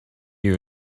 you